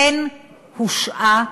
כן הושעה,